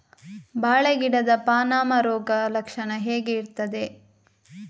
ಬಾಳೆ ಗಿಡದ ಪಾನಮ ರೋಗ ಲಕ್ಷಣ ಹೇಗೆ ಇರ್ತದೆ?